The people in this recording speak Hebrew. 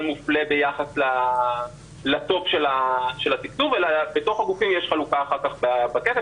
מופלה ביחס לטופ של התקצוב אלא בתוך הגופים יש חלוקה אחר כך בכסף,